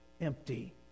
empty